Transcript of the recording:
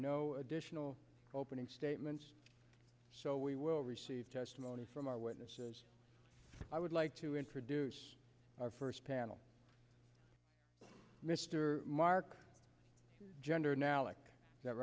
no additional opening statements so we will receive testimony from our witnesses i would like to introduce our first panel mr mark gender now like that